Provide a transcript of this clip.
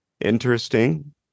interesting